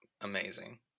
amazing